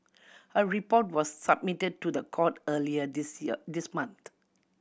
her report was submitted to the court earlier this year this month